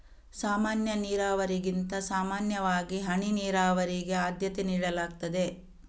ಸಾಮಾನ್ಯ ನೀರಾವರಿಗಿಂತ ಸಾಮಾನ್ಯವಾಗಿ ಹನಿ ನೀರಾವರಿಗೆ ಆದ್ಯತೆ ನೀಡಲಾಗ್ತದೆ